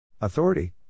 Authority